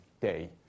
day